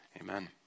amen